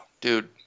Dude